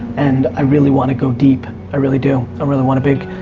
and i really wanna go deep, i really do. i really want a big,